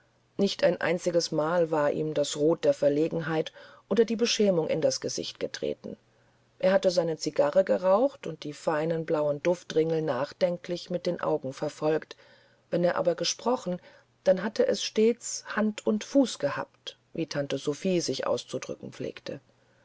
nicht ein einziges mal war ihm das rot der verlegenheit oder der beschämung in das gesicht getreten er hatte seine zigarre geraucht und die feinen blauen duftringel nachdenklich mit den augen verfolgt wenn er aber gesprochen dann hatte es stets hand und fuß gehabt wie tante sophie sich auszudrücken pflegte